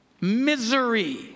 Misery